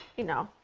you know,